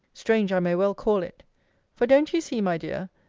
strange, i may well call it for don't you see, my dear,